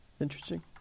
Interesting